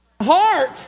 heart